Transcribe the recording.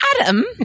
Adam